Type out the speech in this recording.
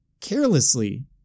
carelessly